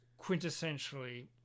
quintessentially